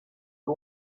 ari